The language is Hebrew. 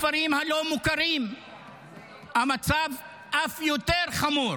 בכפרים הלא-מוכרים המצב אף יותר חמור.